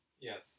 Yes